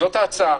זאת ההצעה.